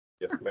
Yes